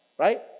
right